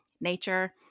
Nature